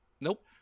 Nope